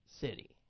city